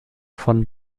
von